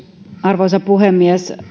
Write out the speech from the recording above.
arvoisa puhemies